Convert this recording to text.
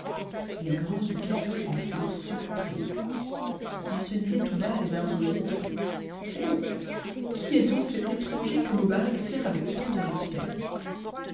les grands du caire en furent surpris ils se disaient tout bas les uns aux autres eh qui est donc cet étranger que mobarec sert avec tant de respect